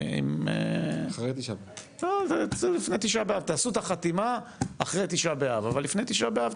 תעשו את החתימה אחרי תשעה באב,